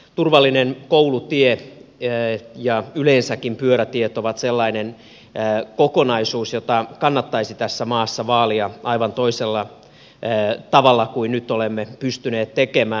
turvallinen koulutie ja yleensäkin pyörätiet ovat sellainen kokonaisuus jota kannattaisi tässä maassa vaalia aivan toisella tavalla kuin mitä nyt olemme pystyneet tekemään